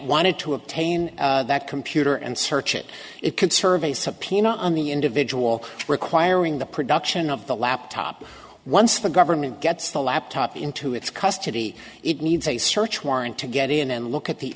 wanted to obtain that computer and search it it can serve a subpoena on the individual requiring the production of the laptop once the government gets the laptop into its custody it needs a search warrant to get in and look at the